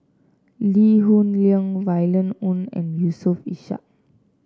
Lee Hoon Leong Violet Oon and Yusof Ishak